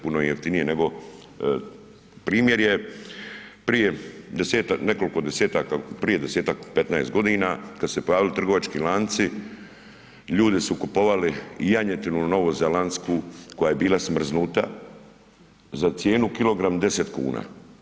Puno im je jeftinije nego, primjer prije 10-tak, nekoliko 10-taka, prije 10-tak, 15 godina kad su se pojavili trgovački lanci, ljudi su kupovali janjetinu novozelandsku koja je bila smrznuta za cijenu kilogram 10 kuna.